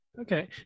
Okay